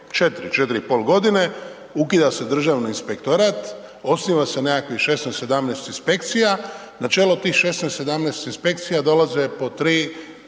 Bačić, prije 4, 4,5.g. ukida se Državni inspektorat, osniva se nekakvih 16, 17 inspekcija, na čelo tih 16, 17 inspekcija dolaze po 3